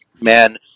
man